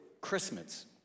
Christmas